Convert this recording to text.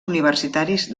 universitaris